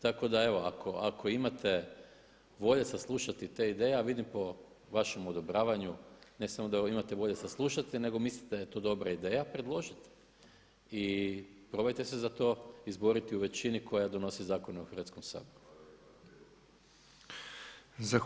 Tako da evo ako imate volje saslušati te ideje, a vidim po vašem odobravanju ne samo da imate volje saslušati nego mislite da je to dobra ideja predložite i probajte se za to izboriti u većini koja donosi zakone u Hrvatskom saboru.